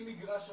אם במגרש הרוסים,